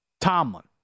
Tomlin